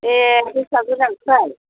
एह बेसेबा गोजाननिफ्राय